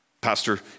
Pastor